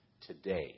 today